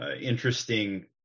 interesting